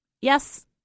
yes